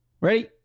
Ready